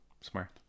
smart